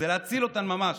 זה להציל אותן ממש.